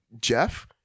Jeff